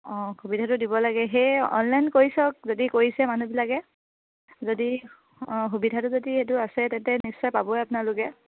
অঁ সুবিধাটো দিব লাগে সেই অনলাইন কৰি চাওক যদি কৰিছে মানুহবিলাকে যদি অঁ সুবিধাটো যদি এইটো আছে তেন্তে নিশ্চয় পাবই আপোনালোকে